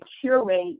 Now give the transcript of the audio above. curate